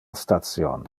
station